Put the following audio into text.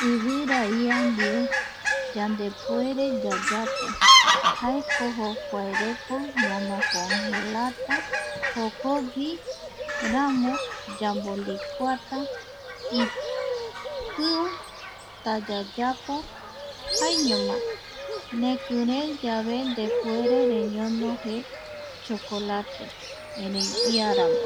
Ivira ia ndie yande puere yayapo jaeko jokua reta yañocongelata jokogui ramo yamolicuata i piu ta yayapojaeñoma nekirei yave ndepuere reñono je chokolate erei iarambo